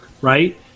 right